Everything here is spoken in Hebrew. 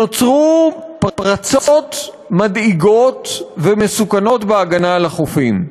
נוצרו פרצות מדאיגות ומסוכנות בהגנה על החופים.